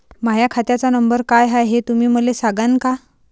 माह्या खात्याचा नंबर काय हाय हे तुम्ही मले सागांन का?